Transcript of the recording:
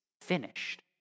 finished